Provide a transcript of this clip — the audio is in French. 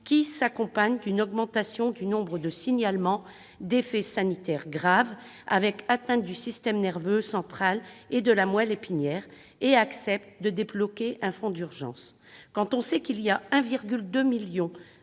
qui s'accompagne d'une augmentation du nombre de signalements d'effets sanitaires graves, avec atteintes du système nerveux central et de la moelle épinière » et que le Gouvernement accepte de débloquer un fonds d'urgence. Sachant qu'il y a 1,2 million